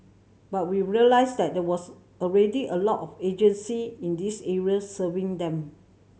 but we realised that there was already a lot of agency in this area serving them